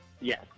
Yes